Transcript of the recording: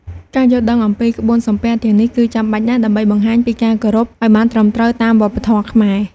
ការយល់ដឹងអំពីក្បួនសំពះទាំងនេះ គឺចាំបាច់ណាស់ដើម្បីបង្ហាញពីការគោរពឲ្យបានត្រឹមត្រូវតាមវប្បធម៌ខ្មែរ។